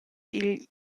igl